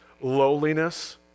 lowliness